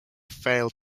failed